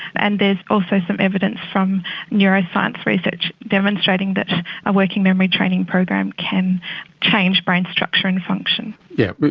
and there's also some evidence from neuroscience research demonstrating that a working memory training program can change brain structure and function. yes,